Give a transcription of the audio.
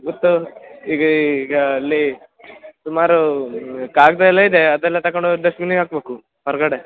ಗೊತ್ತು ಈಗ ಈಗ ಅಲ್ಲೀ ಸುಮಾರು ಕಾಗದ ಎಲ್ಲ ಇದೆ ಅದೆಲ್ಲ ತಗೊಂಡು ಹೋಗ್ ಡಸ್ಟ್ ಬಿನ್ನಿಗೆ ಹಾಕ್ಬೇಕು ಹೊರಗಡೆ